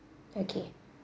okay